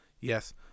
yes